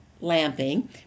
lamping